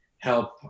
help